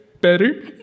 better